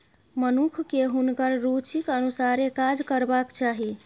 मनुखकेँ हुनकर रुचिक अनुसारे काज करबाक चाही